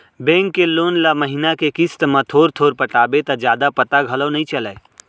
bank के loan ल महिना के किस्त म थोर थोर पटाबे त जादा पता घलौ नइ चलय